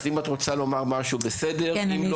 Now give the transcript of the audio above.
אז אם את רוצה לומר משהו בסדר, אם לא